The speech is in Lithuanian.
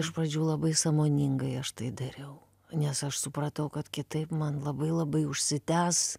iš pradžių labai sąmoningai aš tai dariau nes aš supratau kad kitaip man labai labai užsitęs